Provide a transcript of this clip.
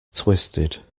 twisted